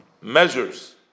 measures